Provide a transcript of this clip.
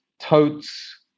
totes